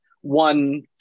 one